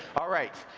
all right,